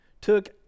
took